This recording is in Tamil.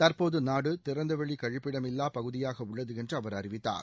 தற்போது நாடு திறந்தவெளி கழிப்பிடமில்லா பகுதியாக உள்ளது என்று அவர் அறிவித்தார்